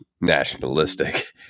nationalistic